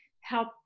help